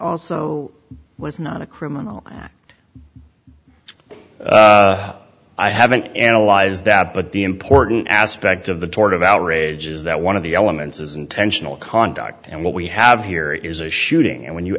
also was not a criminal act i haven't analyzed that but the important aspect of the tort of outrage is that one of the elements is intentional conduct and what we have here is a shooting and when you